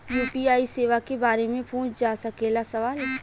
UPI सेवा के बारे में पूछ जा सकेला सवाल?